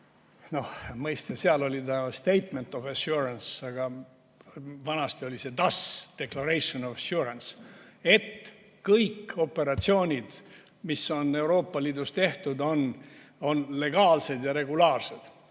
noh, seal oli mõistestatement of assurance, aga vanasti oli see DAS –declaration of assurance –,et kõik operatsioonid, mis on Euroopa Liidus tehtud, on legaalsed ja regulaarsed.